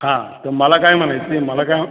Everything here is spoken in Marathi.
हां तर मला काय म्हणायचं आहे मला काय